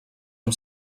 amb